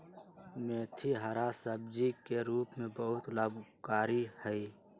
मेथी हरा सब्जी के रूप में बहुत लाभकारी हई